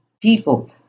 people